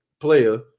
player